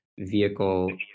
vehicle